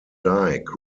dyke